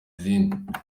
izindi